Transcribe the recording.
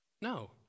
No